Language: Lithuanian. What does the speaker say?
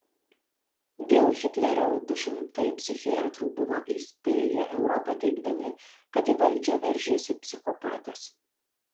dėl hitlerio du šimtai psichiatrų buvo įspėję europą teigdami kad į valdžią veržiasi psichopatas